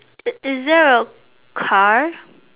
is is there are car